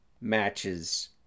matches